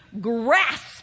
grasp